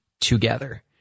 together